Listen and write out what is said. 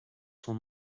son